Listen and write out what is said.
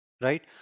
right